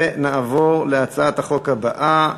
נעבור להצעת החוק הבאה: